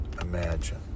imagine